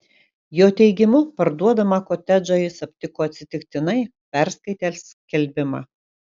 jo teigimu parduodamą kotedžą jis aptiko atsitiktinai perskaitęs skelbimą